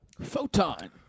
Photon